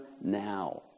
now